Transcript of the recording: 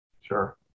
Sure